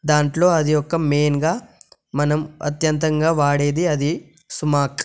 దాంట్లో అది ఒక మెయిన్గా మనం అత్యంతంగా వాడేది అది సుమాక్